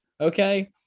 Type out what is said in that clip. Okay